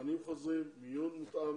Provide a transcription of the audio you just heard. מבחנים חוזרים, מיון מותאם